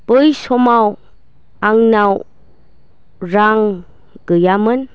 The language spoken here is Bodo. बै समाव आंनियाव रां गैयामोन